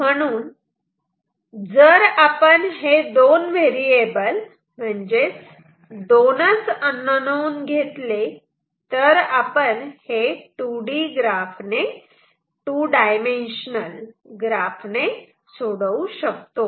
म्हणून जर आपण हे दोन व्हेरिएबल म्हणजेच दोनच अननोन घेतले तर आपण हे 2D ग्राफ ने सोडवू शकतो